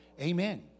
Amen